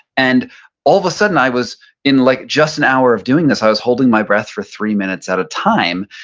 and all of a sudden, i was in like just an hour of doing this, i was holding my breath for three minutes at a time,